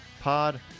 pod